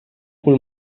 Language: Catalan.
cul